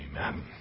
Amen